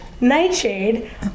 Nightshade